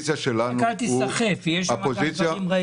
רק אל תיסחף, יש שם גם דברים רעים.